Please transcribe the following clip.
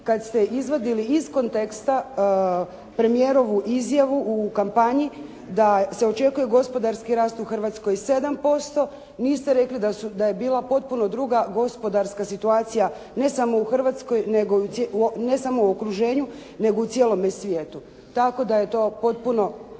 kada ste izvodili iz konteksta premijerovu izjavu u kampanji da se očekuje gospodarski rast u Hrvatskoj 7%, niste rekli da je bila potpuno druga gospodarska situacija ne samo u okruženju nego i u cijelome svijetu. Tako da je to potpuno.